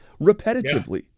repetitively